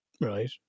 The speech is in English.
right